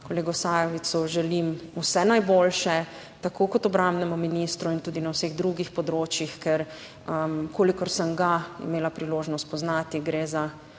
kolegu Sajovicu želim vse najboljše, tako kot obrambnemu ministru in tudi na vseh drugih področjih, ker kolikor sem ga imela priložnost spoznati, gre za